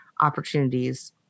opportunities